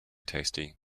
tasty